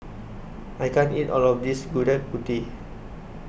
I can't eat All of This Gudeg Putih